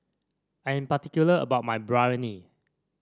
I'm particular about my Biryani